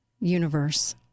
Universe